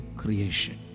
creation